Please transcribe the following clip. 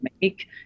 make